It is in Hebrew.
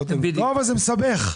אבל זה מסבך.